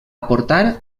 aportar